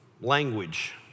language